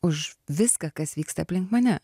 už viską kas vyksta aplink mane